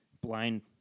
blind